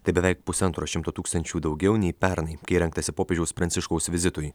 tai beveik pusantro šimto tūkstančių daugiau nei pernai kai rengtasi popiežiaus pranciškaus vizitui